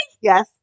Yes